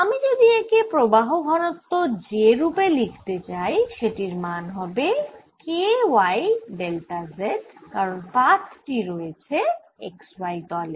আমি যদি একে প্রবাহ ঘনত্ব j রুপে লিখে চাই সেটির সমান হবে K y ডেল্টা z কারণ পাত টি রয়েছে xy তলে